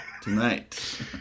tonight